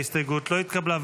ההסתייגות לא התקבלה.